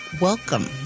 Welcome